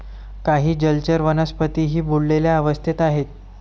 काही जलचर वनस्पतीही बुडलेल्या अवस्थेत आहेत